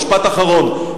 משפט אחרון.